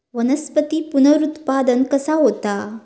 वनस्पतीत पुनरुत्पादन कसा होता?